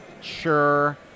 sure